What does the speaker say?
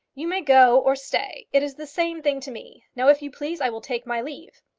you may go or stay it is the same thing to me. now, if you please, i will take my leave.